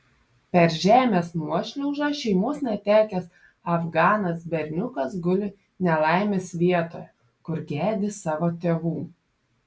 per žemės nuošliaužą šeimos netekęs afganas berniukas guli nelaimės vietoje kur gedi savo tėvų